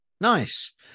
Nice